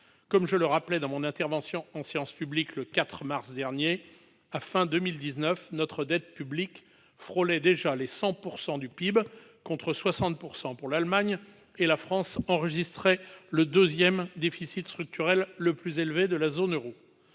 Comme je le rappelais dans mon intervention en séance publique le 4 mars dernier, à la fin de l'année 2019, notre dette publique frôlait déjà les 100 % du PIB, contre 60 % pour l'Allemagne, et la France enregistrait le deuxième déficit structurel le plus élevé de la zone euro.